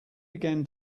began